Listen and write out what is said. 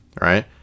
right